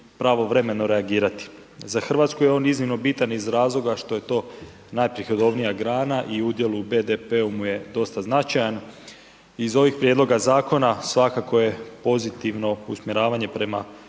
pravovremeno reagirati. Za Hrvatsku je on iznimno bitan iz razloga što je to najprihodovnija grana i udjel u BDP-u mu je dosta značajan. Iz ovih prijedloga zakona svakako je pozitivno usmjeravanje prema